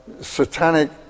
satanic